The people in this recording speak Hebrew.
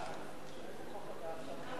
נתקבל.